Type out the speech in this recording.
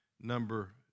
number